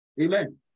Amen